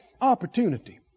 opportunity